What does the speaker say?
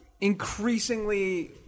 increasingly